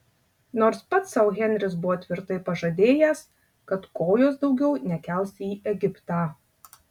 nors pats sau henris buvo tvirtai pažadėjęs kad kojos daugiau nekels į egiptą